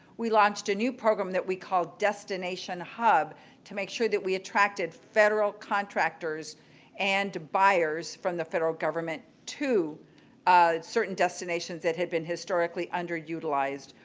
we launched a new program that we call destination hub to make sure that we attracted federal contractors and buyers from the federal government to certain destinations that had been historically underutilized.